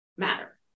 matter